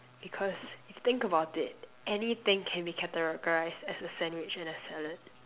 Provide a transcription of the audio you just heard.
because think about it anything can be categorised as a sandwich and a salad